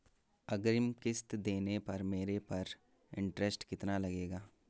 अग्रिम किश्त देने पर मेरे पर इंट्रेस्ट कितना लगेगा?